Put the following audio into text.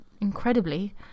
incredibly